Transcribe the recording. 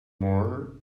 more